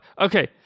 okay